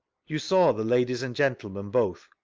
you saw the ladies and gentlemen both.